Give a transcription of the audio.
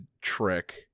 trick